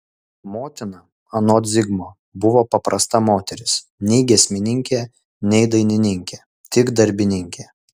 motina anot zigmo buvo paprasta moteris nei giesmininkė nei dainininkė tik darbininkė